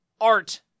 art